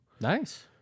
Nice